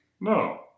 No